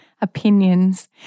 opinions